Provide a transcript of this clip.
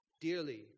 dearly